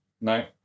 No